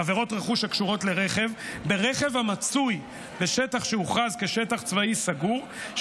עבירות רכוש הקשורות לרכב ברכב המצוי בשטח שהוכרז כשטח צבאי סגור,